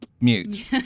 mute